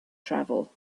travel